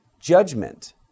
Judgment